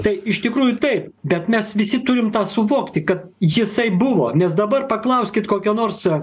tai iš tikrųjų taip bet mes visi turim tą suvokti kad jisai buvo nes dabar paklauskit kokio nors